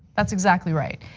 that's exactly right.